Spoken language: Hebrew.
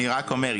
אני רק אומר,